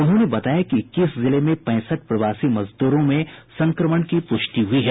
उन्होंने बताया कि इक्कीस जिले में पैंसठ प्रवासी मजदूरों में संक्रमण की पुष्टि हुई है